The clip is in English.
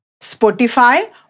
Spotify